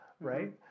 Right